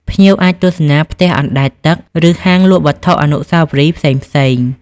ភ្ញៀវអាចទស្សនាផ្ទះអណ្ដែតទឹក ឬហាងលក់វត្ថុអនុស្សាវរីយ៍ផ្សេងៗ។